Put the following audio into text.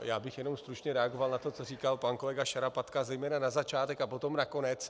Já bych jenom stručně reagoval na to, co říkal pan kolega Šarapatka, zejména na začátek a potom na konec.